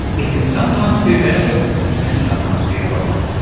it can sometimes be a benefit and sometimes be a problem.